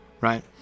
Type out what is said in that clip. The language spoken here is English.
right